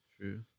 True